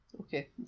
Okay